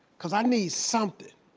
cause i need something.